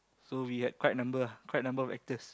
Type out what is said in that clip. so we had quite a number ah quite a number of actors